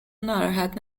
ناراحت